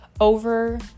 over